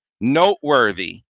noteworthy